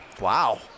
wow